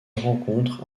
rencontre